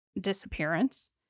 disappearance